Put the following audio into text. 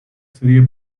serie